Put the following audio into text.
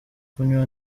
kunywa